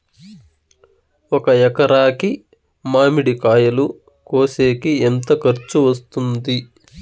ఒక ఎకరాకి మామిడి కాయలు కోసేకి ఎంత ఖర్చు వస్తుంది?